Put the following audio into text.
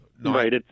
right